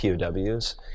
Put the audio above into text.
POWs